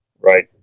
right